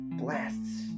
blasts